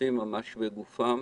שנושאים בגופם